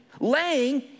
laying